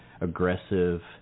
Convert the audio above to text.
aggressive